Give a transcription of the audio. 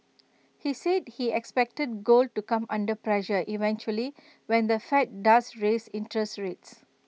he said he expected gold to come under pressure eventually when the fed does raise interest rates